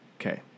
Okay